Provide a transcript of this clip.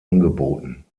angeboten